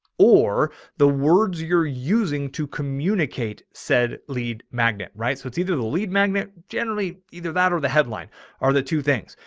or the words you're using to communicate said lead magnet, right? so it's either the lead magnet generally, either that or the headline are the two things.